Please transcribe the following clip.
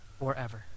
forever